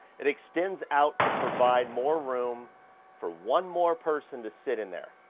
it extends out to provide more room for one more person to sit in there.